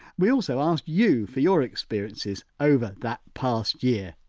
we also asked you for your experiences over that past year.